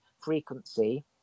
frequency